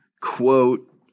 quote